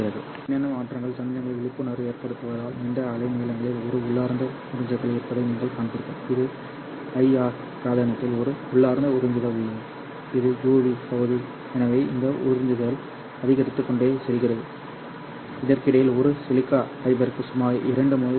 இந்த மின்னணு மாற்றங்கள் சமிக்ஞையின் விழிப்புணர்வை ஏற்படுத்துவதால் நீண்ட அலை நீளங்களில் ஒரு உள்ளார்ந்த உறிஞ்சுதல் இருப்பதை நீங்கள் காண்பீர்கள் இது IR பிராந்தியத்தில் ஒரு உள்ளார்ந்த உறிஞ்சுதல் உள்ளது இது UV பகுதி எனவே இந்த உறிஞ்சுதல் அதிகரித்துக்கொண்டே செல்கிறது இதற்கிடையில் ஒரு சிலிக்கா ஃபைபருக்கு சுமார் 2 முதல் 2